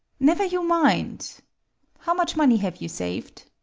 never you mind how much money have you saved?